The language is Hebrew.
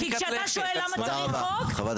כי כשאתה שואל למה צריך חוק --- מה,